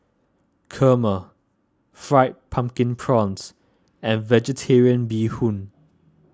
Kurma Fried Pumpkin Prawns and Vegetarian Bee Hoon